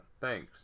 Thanks